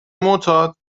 معتاد